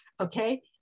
Okay